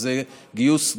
וזה גיוס,